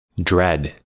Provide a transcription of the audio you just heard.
Dread